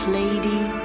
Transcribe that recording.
lady